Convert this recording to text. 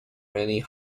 many